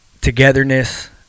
togetherness